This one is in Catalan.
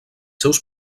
seus